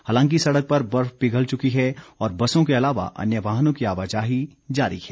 हालांकि सड़क पर बर्फ पिघल चुकी है और बसों के अलावा अन्य वाहनों की आवाजाही जारी है